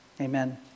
Amen